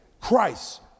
Christ